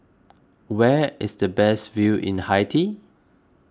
where is the best view in Haiti